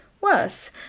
worse